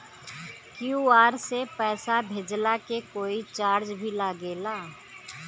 QR से पैसा भेजला के कोई चार्ज भी लागेला?